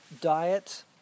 diet